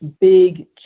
big